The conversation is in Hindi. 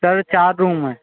सर चार रूम हैं